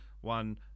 one